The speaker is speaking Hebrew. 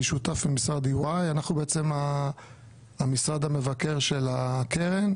אני שותף במשרד EY אנחנו בעצם המשרד המבקר של הקרן.